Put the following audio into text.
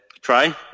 try